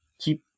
keep